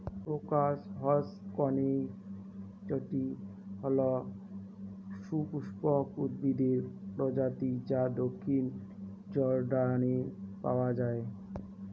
crocus হসকনেইচটি হল সপুষ্পক উদ্ভিদের প্রজাতি যা দক্ষিণ জর্ডানে পাওয়া য়ায়